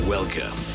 Welcome